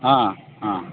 ಹಾಂ ಹಾಂ